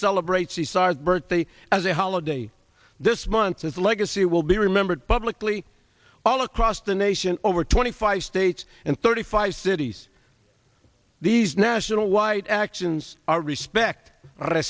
celebrates the size birth they as a holiday this month legacy will be remembered publicly all across the nation over twenty five states and thirty five cities these national wide actions are respect